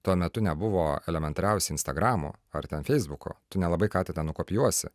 tuo metu nebuvo elementariausiai instagramo ar ten feisbuko tu nelabai ką ten nukopijuosi